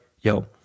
yo